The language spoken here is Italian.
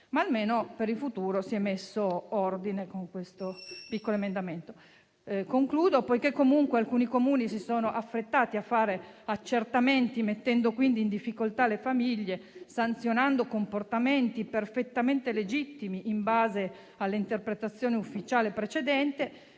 Ma almeno per il futuro si è messo ordine con questo piccolo emendamento. Poiché comunque alcuni Comuni si sono affrettati a fare accertamenti, mettendo in difficoltà le famiglie e sanzionando comportamenti perfettamente legittimi in base all'interpretazione ufficiale precedente,